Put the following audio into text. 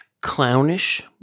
clownish